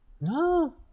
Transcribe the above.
No